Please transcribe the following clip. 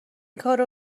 کارو